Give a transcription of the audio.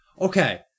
okay